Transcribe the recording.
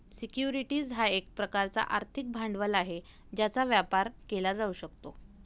securities हा एक प्रकारचा आर्थिक भांडवल आहे ज्याचा व्यापार केला जाऊ शकतो